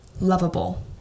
lovable